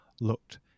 looked